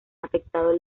afectado